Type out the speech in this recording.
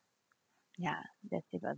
ya that save a lot